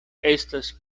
estas